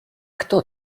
kto